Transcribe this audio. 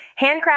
handcrafted